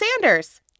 Sanders